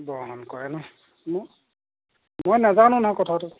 বহন কৰে ন' ম মই নেযানো নহয় কথাটো